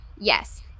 Yes